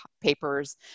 papers